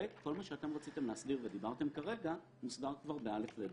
וכל מה שאתם רציתם להסדיר ואמרתם כרגע מוסדר כבר ב-(א) וב-(ב),